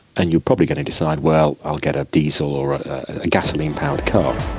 and you're probably going to decide, well, i'll get a diesel or a gasoline-powered car.